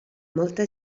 molta